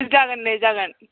जागोन दे जागोन